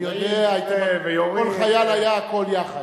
הרבה ויורים,